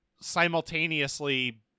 simultaneously